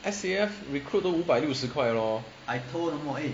S_A_F recruit 都五百六十块 lor